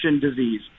disease